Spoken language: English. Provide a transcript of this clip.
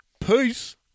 Peace